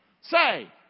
Say